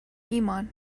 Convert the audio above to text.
ایمان